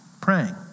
praying